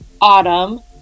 Autumn